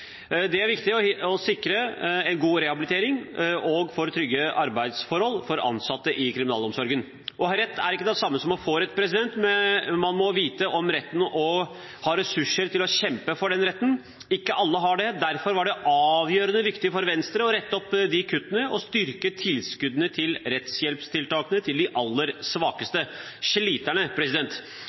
Det er viktig for å sikre en god rehabilitering og for trygge arbeidsforhold for ansatte i kriminalomsorgen. Å ha rett er ikke det samme som å få rett. Man må vite om retten og ha ressurser til å kjempe for den retten. Ikke alle har det. Derfor var det avgjørende viktig for Venstre å rette opp kuttene og styrke tilskuddene til rettshjelptiltakene til de aller svakeste